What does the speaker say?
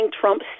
Trump